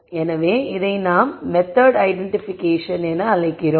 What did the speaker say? எனவே இதை நாங்கள் மெத்தெட் ஐடென்டிபிகேஷன் என அழைக்கிறோம்